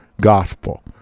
gospel